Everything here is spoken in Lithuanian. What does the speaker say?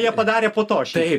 jie padarė po to šitą